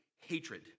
hatred